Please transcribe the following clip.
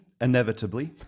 inevitably